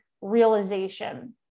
realization